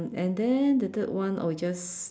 and then the third one I would just